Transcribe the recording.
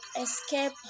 escape